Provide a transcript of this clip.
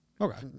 Okay